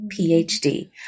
PhD